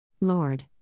Lord